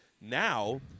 Now